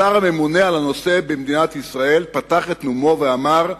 השר הממונה על הנושא במדינת ישראל פתח את נאומו ואמר: